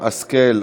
השכל,